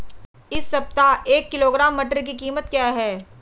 इस सप्ताह एक किलोग्राम मटर की कीमत क्या है?